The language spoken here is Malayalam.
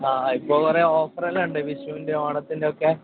ആ ഇപ്പോൾ കുറേ ഓഫറല്ലാം ഉണ്ട് വിഷുവിൻ്റെ ഓണത്തിൻ്റെ ഒക്കെ